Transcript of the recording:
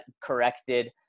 corrected